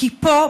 שפה,